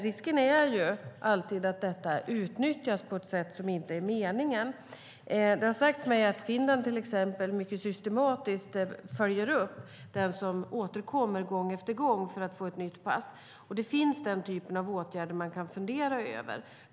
Risken är alltid att detta utnyttjas på ett sätt som inte är meningen. Det har sagts mig att till exempel Finland systematiskt följer upp dem som gång efter gång återkommer för att få nytt pass. Man kan fundera över den typen av åtgärder.